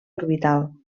orbital